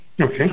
Okay